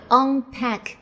unpack 。